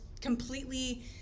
completely